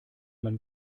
man